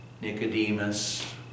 Nicodemus